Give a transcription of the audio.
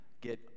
get